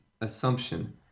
assumption